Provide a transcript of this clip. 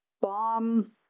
bomb